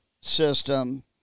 system